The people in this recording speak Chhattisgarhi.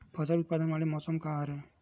फसल उत्पादन वाले मौसम का हरे?